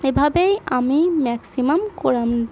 এভাবেই আমি ম্যাক্সিম্যাম কোরান